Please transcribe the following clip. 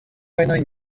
войной